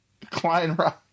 Kleinrock